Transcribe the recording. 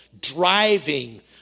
driving